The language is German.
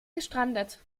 gestrandet